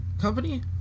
Company